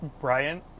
Brian